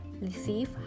receive